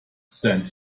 sent